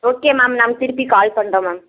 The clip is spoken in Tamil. ஓகே மேம் நான் திருப்பி கால் பண்ணுறேன் மேம்